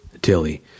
Tilly